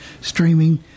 streaming